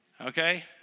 okay